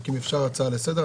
אם אפשר הצעה לסדר.